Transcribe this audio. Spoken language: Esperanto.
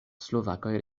slovakoj